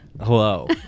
Hello